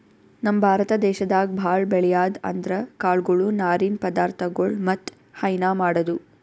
ನಮ್ ಭಾರತ ದೇಶದಾಗ್ ಭಾಳ್ ಬೆಳ್ಯಾದ್ ಅಂದ್ರ ಕಾಳ್ಗೊಳು ನಾರಿನ್ ಪದಾರ್ಥಗೊಳ್ ಮತ್ತ್ ಹೈನಾ ಮಾಡದು